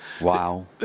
Wow